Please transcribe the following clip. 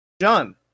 John